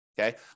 okay